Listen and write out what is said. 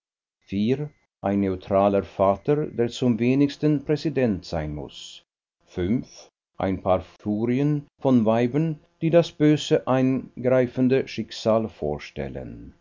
ein neutraler vater der zum wenigsten präsident sein muß ein paar furien von weibern die das böse eingreifende schicksal vorstellen